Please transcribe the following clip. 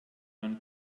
man